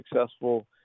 successful